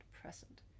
present